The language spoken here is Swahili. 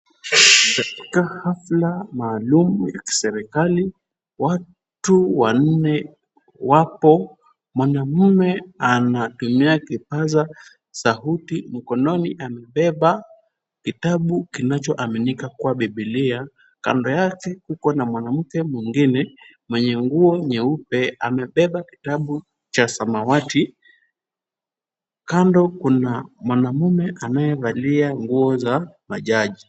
Katika hafla maalum ya serikali, watu wanne wapo. Mwanaume anatumia kipazasauti. Mkononi amebeba kitabu kinachoaminika kuwa bibilia. Kando yake kuko na mwanamke mwingine mwenye nguo nyeupe. Amebeba kitabu cha samawati. Kando kuna mwanaume anayevalia nguo za majaji.